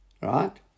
Right